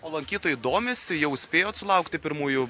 o lankytojai domisi jau spėjot sulaukti pirmųjų